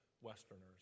Westerners